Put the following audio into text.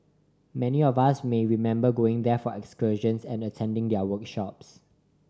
many of us may remember going there for excursions and attending their workshops